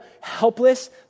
helpless